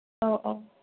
औ औ